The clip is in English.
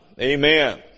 Amen